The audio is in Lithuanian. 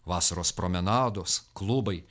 vasaros promenados klubai